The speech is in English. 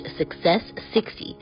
success60